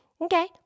Okay